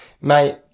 Mate